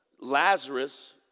Lazarus